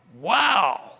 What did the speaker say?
wow